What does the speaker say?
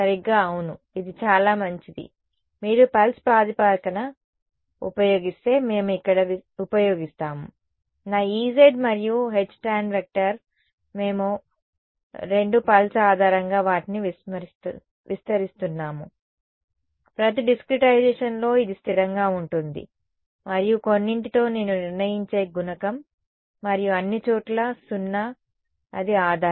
సరిగ్గా అవును ఇది చాలా మంచిది మీరు పల్స్ ప్రాతిపదికన ఉపయోగిస్తే మేము ఇక్కడ ఉపయోగిస్తాము నా Ez మరియు Htan మేము ఇద్దరం పల్స్ ఆధారంగా వాటిని విస్తరిస్తున్నాము ప్రతి డిస్క్రటైజేషన్ లో ఇది స్థిరంగా ఉంటుంది మరియు కొన్నింటితో నేను నిర్ణయించే గుణకం మరియు అన్ని చోట్లా సున్నా అది ఆధారం